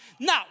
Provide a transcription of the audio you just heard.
Now